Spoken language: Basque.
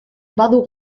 badu